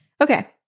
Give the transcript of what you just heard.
Okay